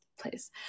please